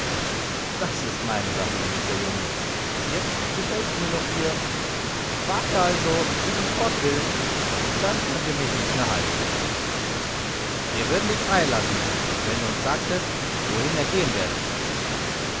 das ist meine sache geliebter junge jetzt gefällt es mir noch hier warte also bis ich fort will dann könnt ihr mich nicht halten wir würden dich frei lassen wenn du uns sagtest wohin er gehen wird